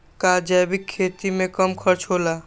का जैविक खेती में कम खर्च होला?